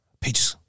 Peaches